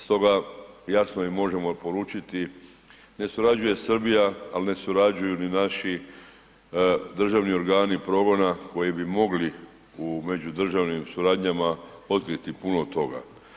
Stoga jasno im možemo poručiti, ne surađuje Srbija, al ne surađuju ni naši državni organi progona koji bi mogli u međudržavnim suradnjama otkriti puno toga.